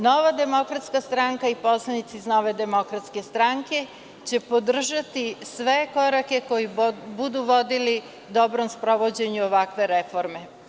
Nova demokratska stranka i poslanici iz NDS će podržati sve korake koji budu vodili dobrom sprovođenju ovakve reforme.